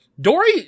Dory